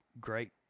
Great